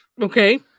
Okay